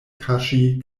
kaŝi